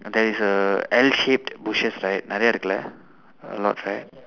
there is a L shaped bushes right நிறைய இருக்குல:niraiya irukkula a lot right